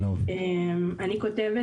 אני כותבת